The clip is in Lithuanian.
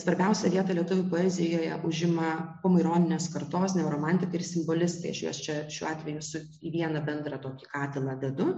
svarbiausią vietą lietuvių poezijoje užima pomaironinės kartos neoromantikų ir simbolistai aš juos čia šiuo atveju su į vieną bendrą tokį katilą dedu